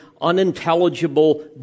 unintelligible